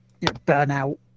burnout